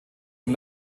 und